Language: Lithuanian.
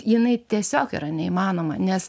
jinai tiesiog yra neįmanoma nes